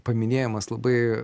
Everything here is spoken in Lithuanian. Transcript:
paminėjimas labai